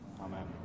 Amen